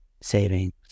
savings